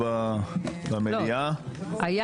אבל יש